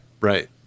right